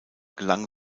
gelang